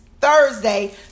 Thursday